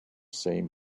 same